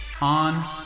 on